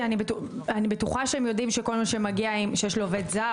כי אני בטוחה שהם יודעים שכל מי שיש לו עובד זר